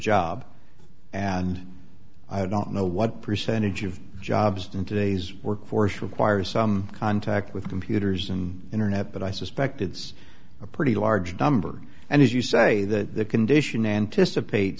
job and i don't know what percentage of jobs in today's workforce require some contact with computers and internet but i suspect it's a pretty large number and as you say that the condition anticipate